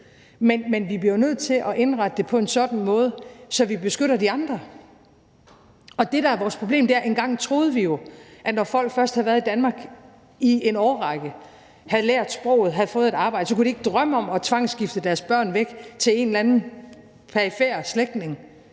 Men vi bliver jo nødt til at indrette det på en sådan måde, så vi beskytter de andre. Det, der er vores problem, er, at vi engang troede, at når først folk havde været i Danmark i en årrække, havde lært sproget, havde fået et arbejde, kunne de ikke drømme om at tvangsgifte deres børn væk til en eller anden perifer slægtning.